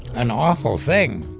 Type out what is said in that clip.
an awful thing